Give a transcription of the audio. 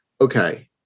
okay